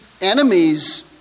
enemies